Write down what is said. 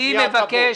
זה מה שיקרה,